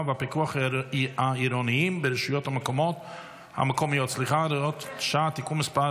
והפיקוח העירוניים ברשויות המקומיות (הוראת שעה) (תיקון מס'